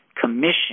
commission